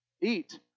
eat